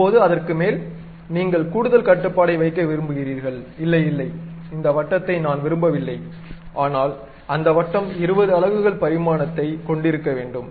இப்போது அதற்கு மேல் நீங்கள் கூடுதல் கட்டுப்பாட்டை வைக்க விரும்புகிறீர்கள் இல்லை இல்லை இந்த வட்டத்தை நான் விரும்பவில்லை ஆனால் அந்த வட்டம் 20 அலகுகள் பரிமாணத்தைக் கொண்டிருக்க வேண்டும்